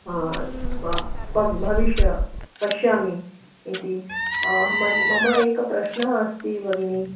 ब भविष्य पश्यामि इति म मम एक प्रश्नः अस्ति भगिनि